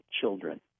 children